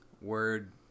Word